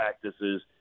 practices